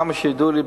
עד כמה שידוע לי,